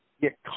get